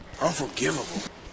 Unforgivable